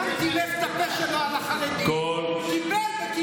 מוישה, לאלה וגם אלה, שנייה.